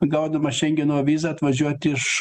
gaudamas šengeno vizą atvažiuot iš